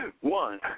One